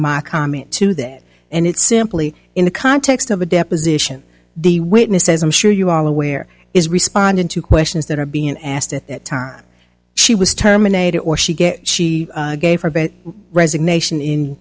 my comment to that and it's simply in the context of a deposition the witness as i'm sure you are aware is responding to questions that are being asked at that time she was terminated or she get she gave her a bit resignation in